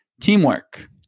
teamwork